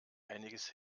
einiges